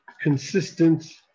consistent